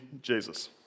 Jesus